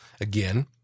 again